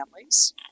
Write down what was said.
Families